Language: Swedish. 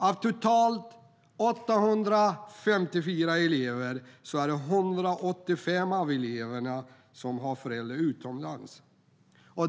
Av totalt 854 elever är det 185 som har föräldrar utomlands.